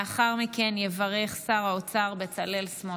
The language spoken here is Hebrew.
לאחר מכן יברך שר האוצר בצלאל סמוטריץ'.